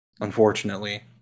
unfortunately